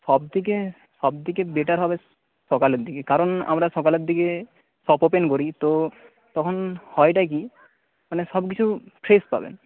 সব থেকে সব থেকে বেটার হবে সকালের দিকে কারণ আমরা সকালের দিকে শপ ওপেন করি তো তখন হয়টা কি মানে সব কিছু ফ্রেশ পাবেন